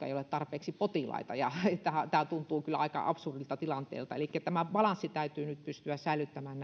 ei ole tarpeeksi potilaita tämä tuntuu kyllä aika absurdilta tilanteelta elikkä tämä balanssi täytyy nyt pystyä säilyttämään